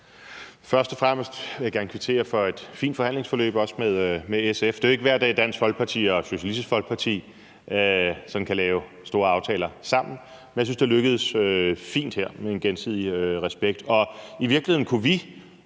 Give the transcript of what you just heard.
Først og fremmest vil jeg gerne kvittere for et fint forhandlingsforløb, også med SF. Det er jo ikke hver dag, Dansk Folkeparti og Socialistisk Folkeparti sådan kan lave store aftaler sammen, men jeg synes, det er lykkedes fint her med en gensidig respekt. I virkeligheden kunne vi